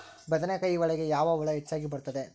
ಬದನೆಕಾಯಿ ಒಳಗೆ ಯಾವ ಹುಳ ಹೆಚ್ಚಾಗಿ ಬರುತ್ತದೆ?